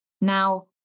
Now